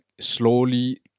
slowly